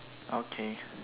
okay